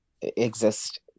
exist